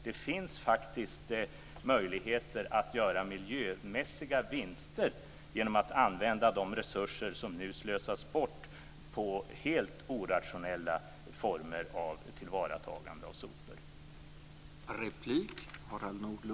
Det finns faktiskt möjligheter att göra miljömässiga vinster genom att använda de resurser som nu slösas bort på helt orationella former för tillvaratagande av sopor.